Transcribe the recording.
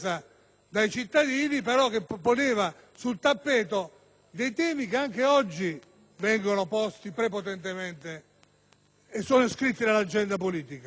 dai cittadini, che però portava sul tappeto temi che anche oggi sono posti prepotentemente e sono iscritti nell'agenda politica: